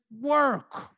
work